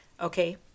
Okay